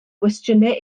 gwestiynau